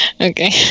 Okay